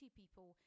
people